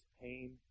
pain